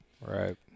Right